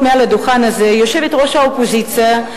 מעל הדוכן הזה יושבת-ראש האופוזיציה,